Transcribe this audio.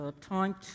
time